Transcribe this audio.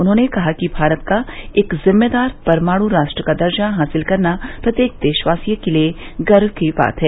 उन्होंने कहा कि भारत का एक जिम्मेदार परमाणु राष्ट्र का दर्जा हासिल करना प्रत्येक देशवासी के लिए गर्व की बात है